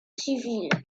civile